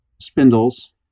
spindles